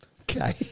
Okay